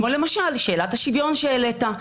כמו למשל שאלת השוויון שהעלית,